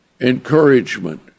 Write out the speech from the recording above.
encouragement